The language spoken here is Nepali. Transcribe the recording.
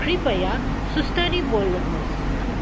कृपया सुस्तरी बोल्नुहोस्